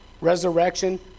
resurrection